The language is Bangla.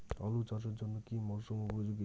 আলু চাষের জন্য কি মরসুম উপযোগী?